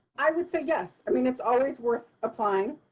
i would say, yes. i mean, it's always worth applying.